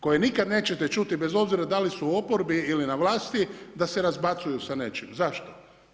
Koje nikada nećete ćuti bez obzira da li su u oporbi ili su na vlasti, da se razbacuju sa nečim, zašto?